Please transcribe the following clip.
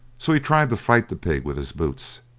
so he tried to fight the pig with his boots,